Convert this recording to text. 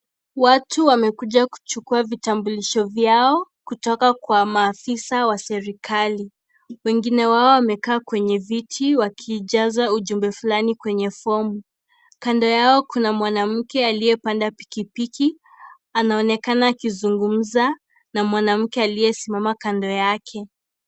Watu wamekuja kuchukua vitambulisho vyao kutoka kwa maafisa wa serikali, wengine wao wamekaa kwenye viti wakijaza ujumbe fulani kwenye fomu. Kando yao kuna mwanamke aliyepanda pikipiki anaonekana akizungumza na mwanamke aliyesimama kando yake.